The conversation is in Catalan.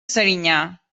serinyà